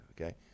okay